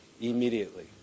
immediately